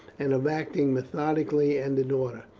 and of acting methodically and in order.